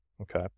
okay